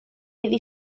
iddi